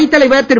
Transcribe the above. அவைத்தலைவர் திரு